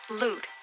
loot